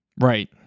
Right